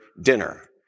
dinner